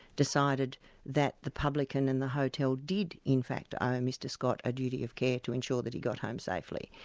decided that the publican in the hotel did in fact owe mr scott a duty of care to ensure that he got home safely.